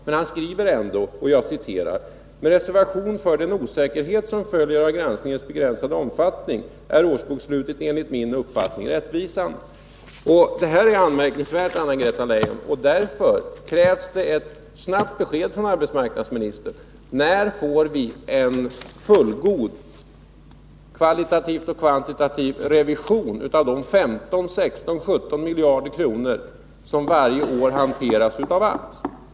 Men han skriver ändå: ”Med 17 reservation för den osäkerhet som följer av granskningens begränsade omfattning är årets bokslut enligt min uppfattning rättvisande.” Detta är anmärkningsvärt, Anna-Greta Leijon. Därför krävs ett snabbt besked från arbetsmarknadsministern om när vi får en fullgod, kvalitativt och kvantitativt, revision av de 15-17 miljarder kronor som varje år hanteras av AMS.